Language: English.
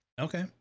okay